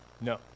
no